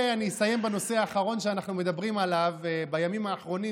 אני אסיים בנושא האחרון שאנחנו מדברים עליו בימים האחרונים,